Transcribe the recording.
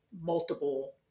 multiple